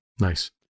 Nice